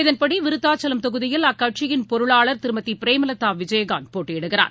இதன்படி விருத்தாச்சலம் தொகுதியில் அக்கட்சியின் பொருளாளர் திருமதிபிரேமலதாவிஜயகாந்த் போட்டியிடுகிறார்